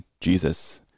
Jesus